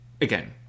Again